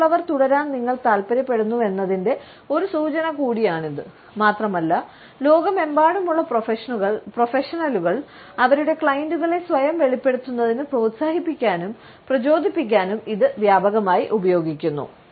മറ്റുള്ളവർ തുടരാൻ നിങ്ങൾ താൽപ്പര്യപ്പെടുന്നുവെന്നതിന്റെ ഒരു സൂചന കൂടിയാണിത് മാത്രമല്ല ലോകമെമ്പാടുമുള്ള പ്രൊഫഷണലുകൾ അവരുടെ ക്ലയന്റുകളെ സ്വയം വെളിപ്പെടുത്തുന്നതിന് പ്രോത്സാഹിപ്പിക്കാനും പ്രചോദിപ്പിക്കാനും ഇത് വ്യാപകമായി ഉപയോഗിക്കുന്നു